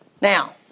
Now